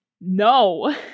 No